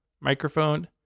microphone